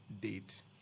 date